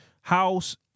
house